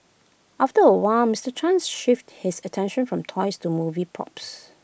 after A while Mister Chen shifted his attention from toys to movie props